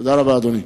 תודה רבה, אדוני.